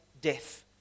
death